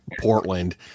Portland